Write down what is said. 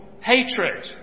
hatred